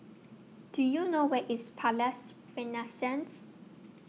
Do YOU know Where IS Palais Renaissance